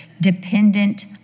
dependent